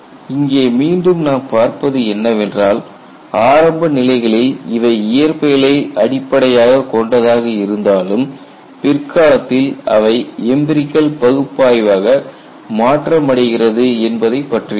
இங்கே மீண்டும் நாம் பார்ப்பது என்னவென்றால் ஆரம்ப நிலைகளில் இவை இயற்பியலை அடிப்படையாகக் கொண்டதாக இருந்தாலும் பிற்காலத்தில் அவை எம்பிரிகல் பகுப்பாய்வாக மாற்றமடைகிறது என்பதைப் பற்றியதாகும்